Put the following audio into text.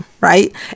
Right